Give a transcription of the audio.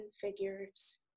figures